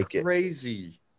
crazy